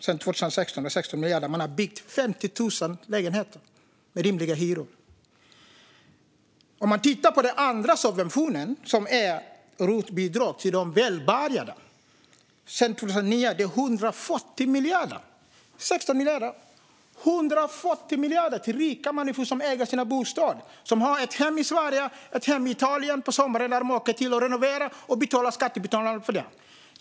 Sedan 2016 har man med dessa 16 miljarder byggt 50 000 lägenheter med rimliga hyror. Den andra subventionen är rotbidrag till de välbärgade. Sedan 2009 är det 140 miljarder det handlar om - 140 miljarder till rika människor som äger sin bostad! Det är människor som har ett hem i Sverige och ett hem i Italien på sommaren som de åker till och renoverar, och de debiterar skattebetalarna för det.